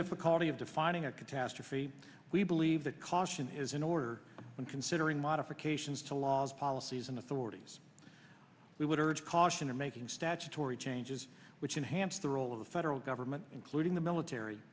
difficulty of defining a catastrophe we believe that caution is in order when considering modifications to laws policies and authorities we would urge caution in making statutory changes which enhance the role of the federal government including the military